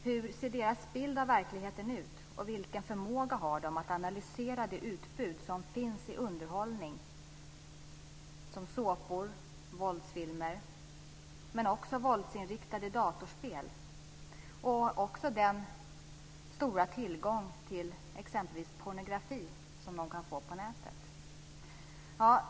Hur ser deras bild av verkligheten ut, och vilken förmåga har de att analysera det utbud som finns i underhållning - såpor, våldsfilmer - men också i våldsinriktade datorspel och också den stora tillgång till t.ex. pornografi som finns på nätet.